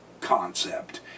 concept